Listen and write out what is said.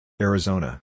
Arizona